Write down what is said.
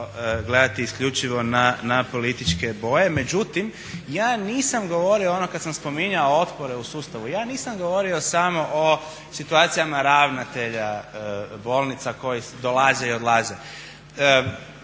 gledati isključivo na političke boje. Međutim ja nisam govorio, ono kad sam spominjao otpore u sustavu, ja nisam govorio samo o situacijama ravnatelja bolnica koji dolaze i odlaze.